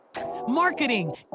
marketing